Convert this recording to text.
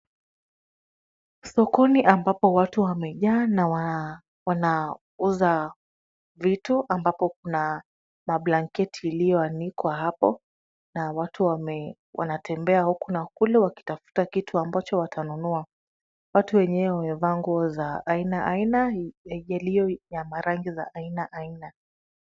Sokoni ambapo watu wamejaa na wanauza vitu ambapo kuna mablanketi iliyoanikwa hapo na watu wanatembea huku na kule wakitafuta kitu ambacho watanunua, watu wenyewe wamevaa nguo za aina aina yaliyo ya marangi za aina aina.